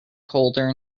colder